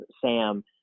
Sam